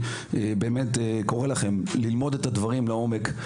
וקורא לכם ללמוד את הדברים לעומק,